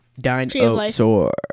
Dinosaur